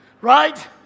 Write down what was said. right